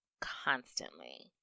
constantly